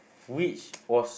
which was